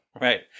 Right